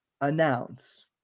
announce